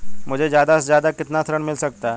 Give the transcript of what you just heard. मुझे ज्यादा से ज्यादा कितना ऋण मिल सकता है?